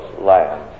land